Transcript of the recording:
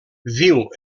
viu